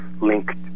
linked